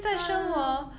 oh